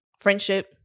Friendship